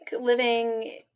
living